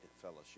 fellowship